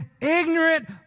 ignorant